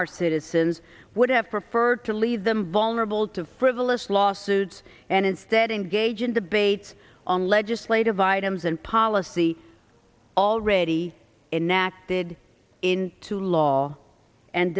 our citizens would have preferred to leave them vulnerable to frivolous lawsuits and instead engage in debates on legislative items and policy already enacted into law and